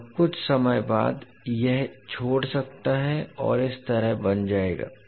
और कुछ समय बाद यह छोड़ सकता है और इस तरह बन जाएगा